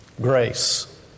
Grace